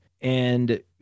and-